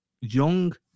young